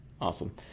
awesome